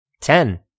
Ten